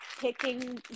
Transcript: picking